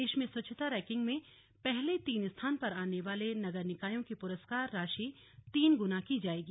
प्रदेश में स्वच्छता रैंकिंग में पहले तीन स्थान पर आने वाले नगर निकायों की पुरस्कार राशि तीन गुना की जायेगी